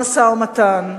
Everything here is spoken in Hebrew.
במשא-ומתן.